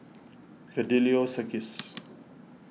Fidelio Circus